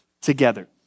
together